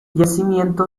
yacimiento